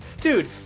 Dude